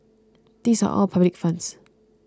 these are all public funds